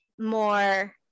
more